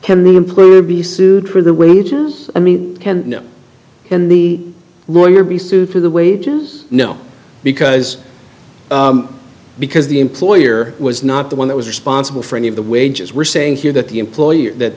will be sued for the winters i mean in the lawyer be sued for the wages no because because the employer was not the one that was responsible for any of the wages were saying here that the employer that